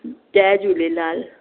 Jay Jhulelal